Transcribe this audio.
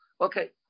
Okay